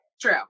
True